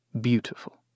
Beautiful